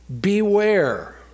beware